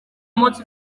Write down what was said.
munsi